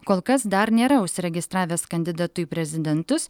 kol kas dar nėra užsiregistravęs kandidatu į prezidentus